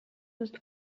ist